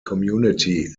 community